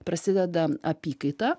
prasideda apykaita